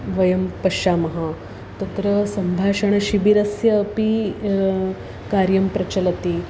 वयं पश्यामः तत्र सम्भाषणशिबिरस्य अपि कार्यं प्रचलति